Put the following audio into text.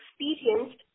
experienced